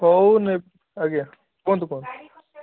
ହଉ ଆଜ୍ଞା କୁହନ୍ତୁ କୁହନ୍ତୁ